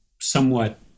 somewhat